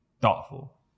thoughtful